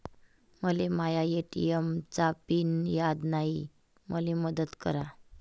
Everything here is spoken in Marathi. मले माया ए.टी.एम चा पिन याद नायी, मले मदत करा